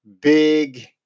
big